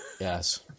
Yes